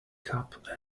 cap